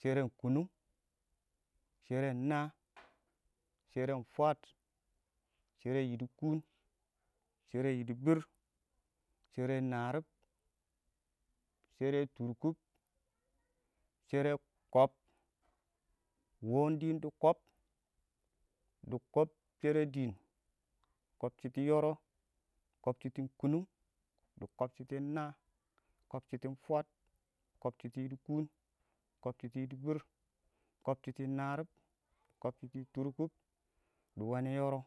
sheren kʊnʊng, sheren naa, sheren fwaəd, shɛrɛ yiɪdɪkʊn, shɛrɛ yɪdɪbɪr, shɛrɛ naarib, shɛrɛ tʊrkʊb, shɛrɛ kɔb wɔɔn dɪɪn dɪ kɔb dɪ kobb shɛrɛ dɪɪn, kɔb shɪtɪn yoro kobshitin kuung dɪ kɔb shɪtɪn naa, kɔb shitin fwaəd, kɔb shɪtɪn yiɪdɪkʊn kɔb shitin yɪdɪbɪr, kɔb shɪtɪn naarib kɔb shɪtɪn tʊrkʊb dɪ wanɛ yoro,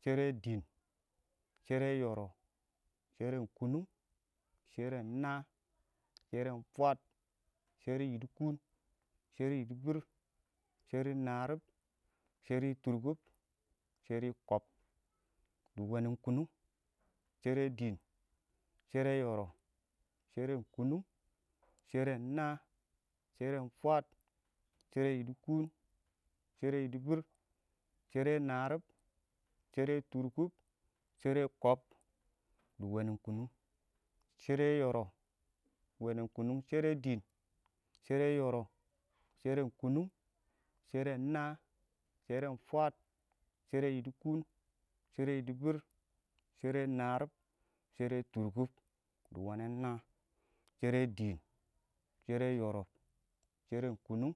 shɛrɛ dɪɪn shɪdo yoro sheren kʊnʊng, sheren naa sheran fwaəd shereyidi kʊn shɛrɛ yɪdɪbɪr, shɛrɛ naarib shɛrɛ tʊrkʊb, shɛrɛ kɔb dɪ wɛnɛn kunnung, shɛrɛ naa shɛrɛ fwaəd shɛrɛ naaib shɛrɛ tʊrkʊb, shɛrɛ kɔb dɪ wɛnɛn kʊnʊng swere dɪɪn shɛrɛ yoro, sheren kʊnʊng, sheren naa, sheren fweed, shɛrɛ yiɪdɪkʊn, shɛrɛ yɪdɪbɪr shɛrɛ naarib, shɛrɛ tʊrkʊb, shɛrɛ kɔb dɪ wɛnɛn kʊnʊng, shɛrɛ yoro wɛnɛn kʊnʊng, shɛrɛ dɪɪn shɛrɛ naa, sheren fwaəd, shɛrɛ yidikum, shɛrɛ tʊrkʊb dɪ wɛnɛn naa, shɛrɛ dɪɪn, shɛrɛ yoro, sharen kʊnʊng,